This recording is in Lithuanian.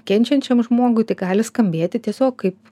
kenčiančiam žmogui tai gali skambėti tiesiog kaip